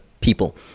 people